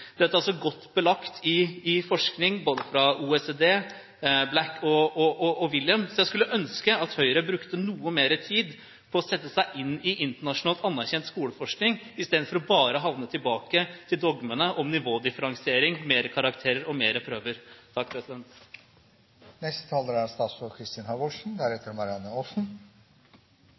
er godt belagt i forskning, både fra OECD og fra Black og William. Jeg skulle ønske at Høyre brukte noe mer tid på å sette seg inn i internasjonalt anerkjent skoleforskning, istedenfor bare å komme tilbake til dogmene om nivådifferensiering, flere karakterer og flere prøver.